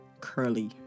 curly